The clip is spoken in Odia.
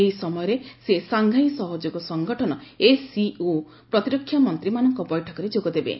ଏହି ସମୟରେ ସେ ସାଂଘାଇ ସହଯୋଗ ସଂଗଠନ ଏସ୍ସିଓ ପ୍ରତିରକ୍ଷା ମନ୍ତ୍ରୀମାନଙ୍କ ବୈଠକରେ ଯୋଗଦେବେ